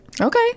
Okay